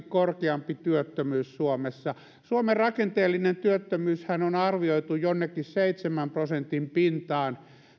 korkeampi työttömyys suomessa suomen rakenteellinen työttömyyshän on arvioitu jonnekin seitsemän prosentin pintaan